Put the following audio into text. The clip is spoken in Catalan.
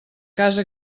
casa